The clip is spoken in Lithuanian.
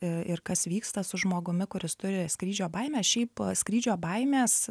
ir ir kas vyksta su žmogumi kuris turi skrydžio baimę šiaip skrydžio baimės